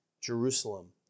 Jerusalem